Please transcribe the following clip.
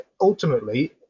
ultimately